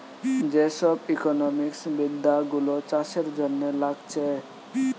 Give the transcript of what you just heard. যে সব ইকোনোমিক্স বিদ্যা গুলো চাষের জন্যে লাগছে